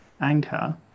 anchor